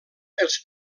els